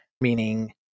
meaning